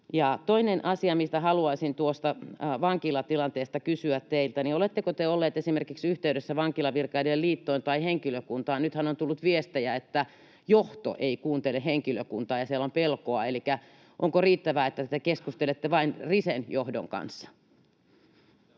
Toinen asia, mistä haluaisin kysyä teiltä, on tuo vankilatilanne: Oletteko te ollut yhteydessä esimerkiksi Vankilavirkailijain Liittoon tai henkilökuntaan? Nythän on tullut viestejä, että johto ei kuuntele henkilökuntaa ja siellä on pelkoa — elikkä onko riittävää, että te keskustelette vain Risen johdon kanssa?